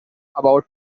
about